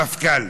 המפכ"ל.